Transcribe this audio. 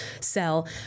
sell